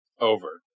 over